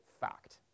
fact